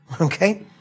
okay